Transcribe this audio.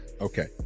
Okay